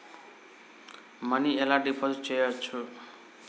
Money ఎలా deposit చేయచ్చు?